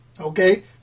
Okay